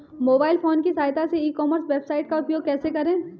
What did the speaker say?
Mobile phone की सहायता से ई कॉमर्स वेबसाइट का उपयोग कैसे करें?